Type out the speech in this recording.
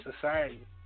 society